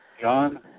John